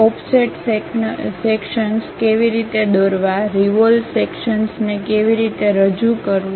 offset sections કેવી રીતે દોરવા રિવોલ સેક્શન્સને કેવી રીતે રજૂ કરવું